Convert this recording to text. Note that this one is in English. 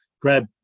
grab